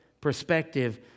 perspective